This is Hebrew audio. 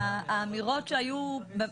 האמירות שהיו,